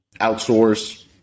outsource